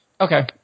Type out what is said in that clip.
okay